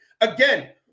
Again